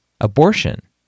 abortion